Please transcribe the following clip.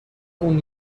اون